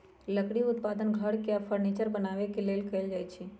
लकड़ी उत्पादन घर आऽ फर्नीचर बनाबे के लेल कएल जाइ छइ